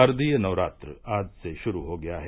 शारदीय नवरात्र आज से शुरू हो गया है